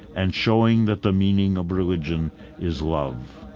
and showing that the meaning of religion is love.